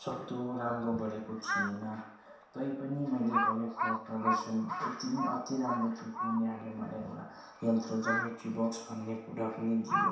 सक्दो राम्रो गरेको थिएन तैपनि मैले गरेको प्रदर्शन यति नै अति राम्रो थियो कि उनीहरूले मलाई एउटा यन्त्र जोमेट्री बक्स भन्ने कुरा पनि दियो